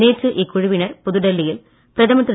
நேற்று இக்குழுவினர் புதுடெல்லியில் பிரதமர் திரு